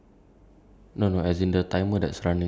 your timer is at time what time already ah